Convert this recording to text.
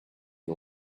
you